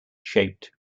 shaped